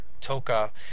Toka